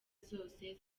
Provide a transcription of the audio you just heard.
zose